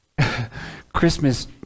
Christmas